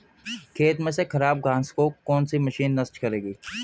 खेत में से खराब घास को कौन सी मशीन नष्ट करेगी?